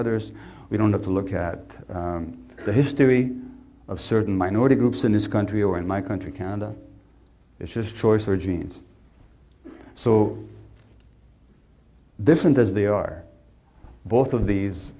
others we don't have to look at the history of certain minority groups in this country or in my country canada is just choice or genes so different as they are both of these